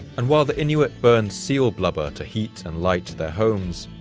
and while the inuit burned seal blubber to heat and light their homes,